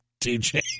TJ